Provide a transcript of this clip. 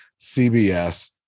CBS